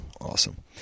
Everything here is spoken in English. awesome